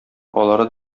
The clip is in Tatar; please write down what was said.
алары